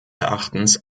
erachtens